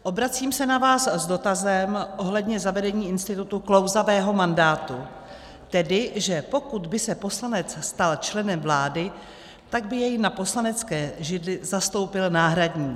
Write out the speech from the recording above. Obracím se na vás s dotazem ohledně zavedení institutu klouzavého mandátu, tedy že pokud by se poslanec stal členem vlády, tak by jej na poslanecké židli zastoupil náhradník.